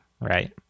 right